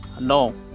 No